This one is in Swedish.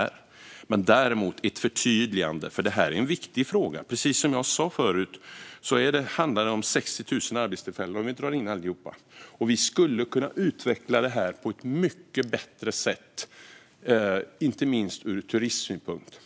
Det handlar däremot om att det behövs ett förtydligande. Det är en viktig fråga. Precis som jag sa förut gäller det 60 000 arbetstillfällen, om alla skulle dras in. Vi skulle kunna utveckla det här på ett mycket bättre sätt, inte minst ur turismsynpunkt.